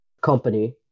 Company